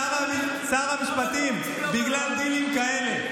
שר המשפטים, בגלל דילים כאלה.